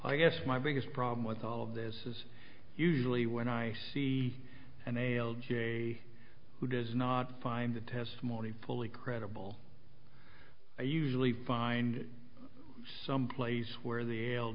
i guess my biggest problem with all of this is usually when i see and they'll jay who does not find the testimony fully credible i usually find some place where the l